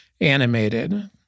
animated